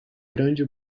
grande